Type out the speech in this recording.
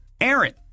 Aaron